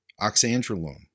oxandrolone